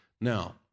Now